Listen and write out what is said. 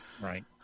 Right